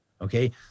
Okay